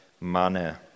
manner